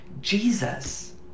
Jesus